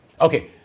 Okay